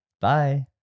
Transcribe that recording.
bye